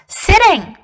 ,sitting